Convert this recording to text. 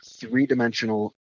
three-dimensional